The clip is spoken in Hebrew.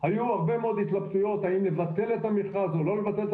היו הרבה מאוד התלבטויות האם לבטל את המכרז או לא לבטל את